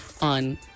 on